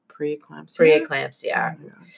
Pre-eclampsia